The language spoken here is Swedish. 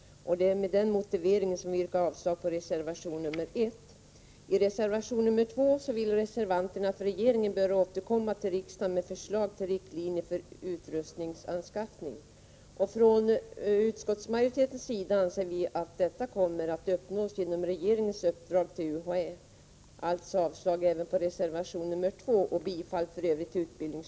Det är med den motiveringen vi yrkar avslag på reservation 1. I reservation 2 vill reservanterna att regeringen skall återkomma till riksdagen med förslag till riktlinjer för utrustningsanskaffning. Utskottsmajoriteten anser att detta syfte kommer att uppnås genom regeringens uppdrag till UHÄ. Vi yrkar alltså avslag även på reservation 2. Herr talman!